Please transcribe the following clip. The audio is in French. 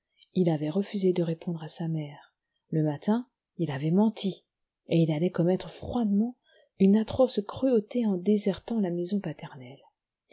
il avait refusé de répondre à sa mère le matin il avait menti et il allait commettre froidement une atroce cruauté en désertant la maison paternelle